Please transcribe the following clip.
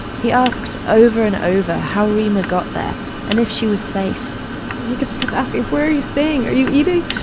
he asked over and over how reema got there and if she was safe and he just kept asking, where are you staying? are you eating?